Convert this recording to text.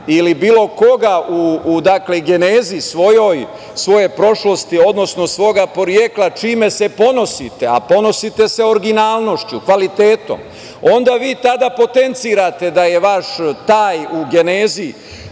ili bilo koga u genezi svoje prošlosti, odnosno svoga porekla čime se ponosite, a ponosite se originalnošću, kvalitetom, onda vi tada potencirate da je vaš taj u genezi